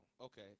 okay